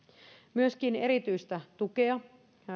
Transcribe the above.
myöskin erityistä tukea